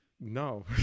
No